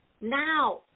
Now